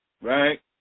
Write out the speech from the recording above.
right